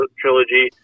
trilogy